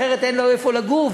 אחרת אין לו איפה לגור.